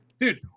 Dude